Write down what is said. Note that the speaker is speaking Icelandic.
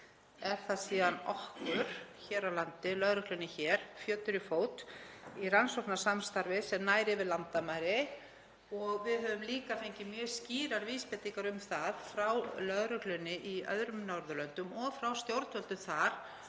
Ekki síst er það lögreglunni hér fjötur um fót í rannsóknarsamstarfi sem nær yfir landamæri. Við höfum líka fengið mjög skýrar vísbendingar um það frá lögreglunni í öðrum Norðurlöndum og frá stjórnvöldum þar